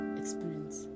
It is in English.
experience